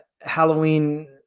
Halloween